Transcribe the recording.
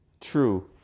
true